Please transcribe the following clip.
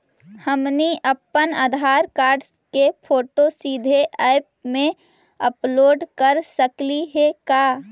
हमनी अप्पन आधार कार्ड के फोटो सीधे ऐप में अपलोड कर सकली हे का?